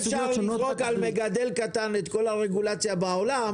אי אפשר לזרוק על מגדל קטן את כל הרגולציה בעולם,